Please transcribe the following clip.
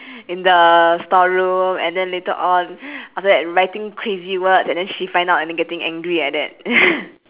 in the storeroom and then later on after that writing crazy words then she find out and then getting angry like that